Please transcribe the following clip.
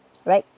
right